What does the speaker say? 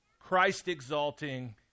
christ-exalting